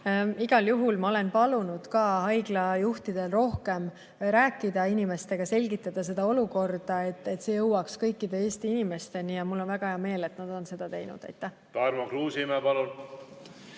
Igal juhul ma olengi palunud ka haiglajuhtidel inimestega rohkem rääkida, selgitada olukorda, et see jõuaks kõikide Eesti inimesteni. Ja mul on väga hea meel, et nad on seda teinud. Aitäh!